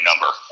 number